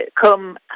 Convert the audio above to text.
come